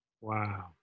Wow